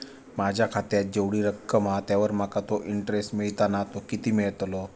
माझ्या खात्यात जेवढी रक्कम हा त्यावर माका तो इंटरेस्ट मिळता ना तो किती मिळतलो?